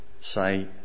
say